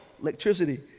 Electricity